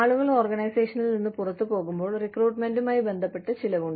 ആളുകൾ ഓർഗനൈസേഷനിൽ നിന്ന് പുറത്തുപോകുമ്പോൾ റിക്രൂട്ട്മെന്റുമായി ബന്ധപ്പെട്ട ചിലവുണ്ട്